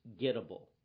gettable